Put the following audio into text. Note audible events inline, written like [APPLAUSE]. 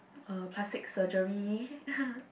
uh plastic surgery [LAUGHS]